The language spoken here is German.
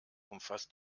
umfasst